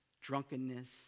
drunkenness